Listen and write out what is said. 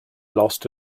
lost